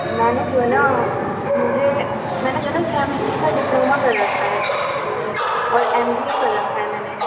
میں نے جو ہے نا مجھے میں نے جو نا چھ مہینے کا ڈپلوما کر رکھا ہے اور ایم بی اے کر رکھا ہے میں نے